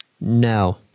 No